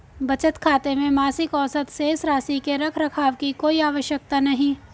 बचत खाते में मासिक औसत शेष राशि के रख रखाव की कोई आवश्यकता नहीं